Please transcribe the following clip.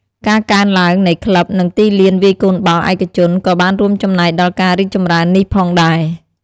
ការកើនឡើងនៃក្លឹប និងទីលានវាយកូនបាល់ឯកជន ក៏បានរួមចំណែកដល់ការរីកចម្រើននេះផងដែរ។